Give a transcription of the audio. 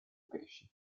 pesci